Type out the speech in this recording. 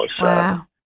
Wow